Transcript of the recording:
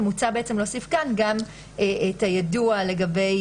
ומוצע להוסיף כאן גם את היידוע לגבי